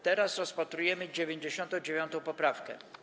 Teraz rozpatrujemy 99. poprawkę.